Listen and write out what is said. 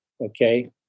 okay